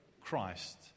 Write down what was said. Christ